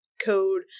code